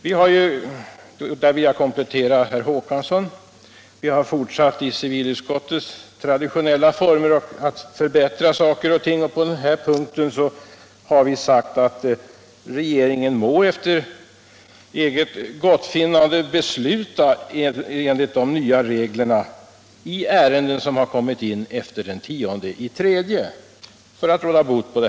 Vi har — och där vill jag instämma i vad herr Håkansson i Trelleborg sade — fortsatt i civilutskottets traditionella former att förbättra saker och ting. På den här punkten har vi sagt att regeringen må efter eget gottfinnande besluta enligt de nya reglerna i ärenden som kommer in efter den 10 mars.